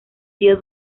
sido